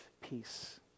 peace